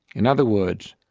in other words,